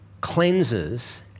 cleanses